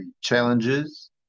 challenges